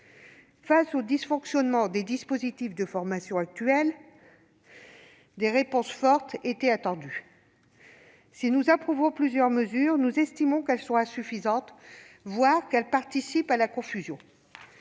Face aux dysfonctionnements des dispositifs de formation actuels, des réponses fortes étaient attendues. Si nous approuvons plusieurs mesures, nous estimons qu'elles sont insuffisantes, voire qu'elles participent à la confusion.